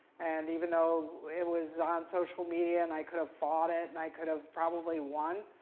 and even though it was on social media, and i could have fought it, and i could have probably won,